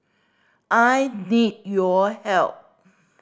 I need your help